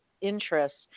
interests